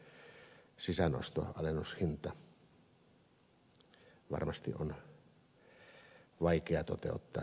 tämä on varmasti on vaikea toteuttaa